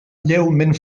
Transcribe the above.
lleument